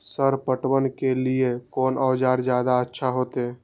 Sir पटवन के लीऐ कोन औजार ज्यादा अच्छा होते?